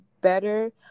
better